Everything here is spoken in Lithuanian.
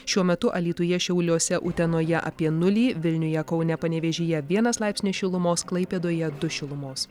šiuo metu alytuje šiauliuose utenoje apie nulį vilniuje kaune panevėžyje vienas laipsnis šilumos klaipėdoje du šilumos